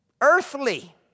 earthly